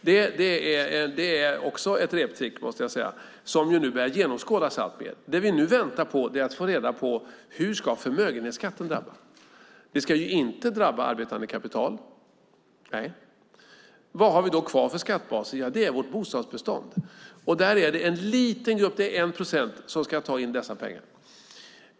Det är också ett reptrick som nu börjar genomskådas alltmer. Det vi nu väntar på är att få reda på: Hur ska förmögenhetsskatten drabba? Den ska inte drabba arbetande kapital. Vad har vi då kvar för skattebaser? Ja, det är vårt bostadsbestånd. Där är det en liten grupp, 1 procent, som ska ta in dessa pengar.